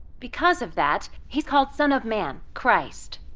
because of that, he's called son of man, christ.